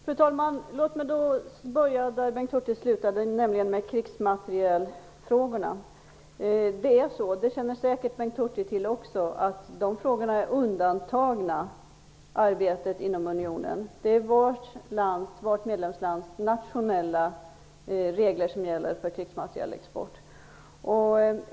Fru talman! Låt mig börja där Bengt Hurtig slutade, nämligen med krigsmaterielfrågorna. Bengt Hurtig känner säkert till att de frågorna är undantagna arbetet inom unionen. Det är varje medlemslands nationella regler som gäller för krigsmaterielexport.